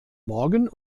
morgen